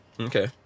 Okay